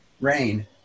rain